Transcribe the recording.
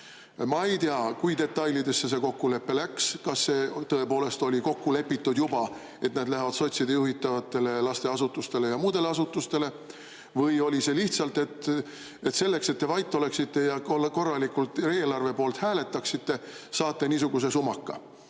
Ma ei tea, kui detailidesse see kokkulepe läks, kas see tõepoolest oli juba kokku lepitud, et need lähevad sotside juhitavatele lasteasutustele ja muudele asutustele, või oli see lihtsalt selleks, et te vait oleksite ja korralikult eelarve poolt hääletaksite, saate niisuguse sumaka.